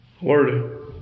Word